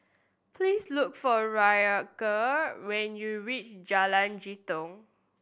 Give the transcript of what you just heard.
please look for Ryker when you reach Jalan Jitong